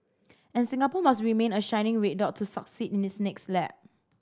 and Singapore must remain a shining red dot to succeed in its next lap